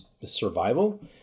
survival